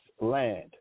land